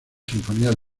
sinfonías